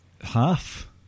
Half